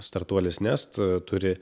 startuolis nest turi